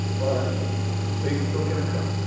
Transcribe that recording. but. but you can still get a cup,